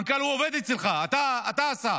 המנכ"ל עובד אצלך, אתה השר,